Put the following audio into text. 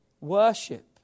worship